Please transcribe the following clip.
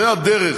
זו הדרך,